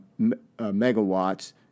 megawatts